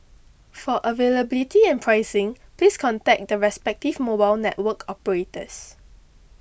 for availability and pricing please contact the respective mobile network operators